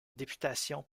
députation